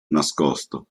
nascosto